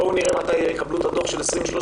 בואו נראה מתי יקבלו את הדוח של 2030,